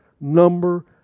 number